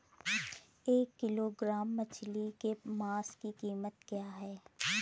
एक किलोग्राम मछली के मांस की कीमत क्या है?